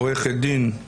עורכת דין,